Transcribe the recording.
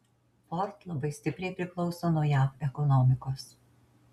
ford labai stipriai priklauso nuo jav ekonomikos